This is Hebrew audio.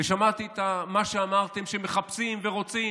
ושמעתי מה שאמרתם, שמחפשים, ורוצים,